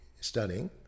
studying